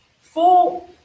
four